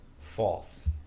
false